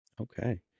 Okay